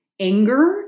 anger